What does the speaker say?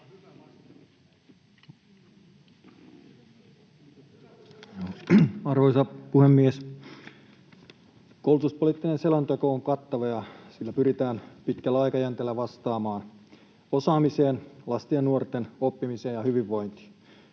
Arvoisa puhemies! Koulutuspoliittinen selonteko on kattava, ja sillä pyritään pitkällä aikajänteellä vastaamaan osaamiseen, lasten ja nuorten oppimiseen ja hyvinvointiin.